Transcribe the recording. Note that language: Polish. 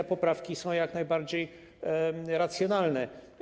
Te poprawki są jak najbardziej racjonalne.